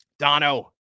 Dono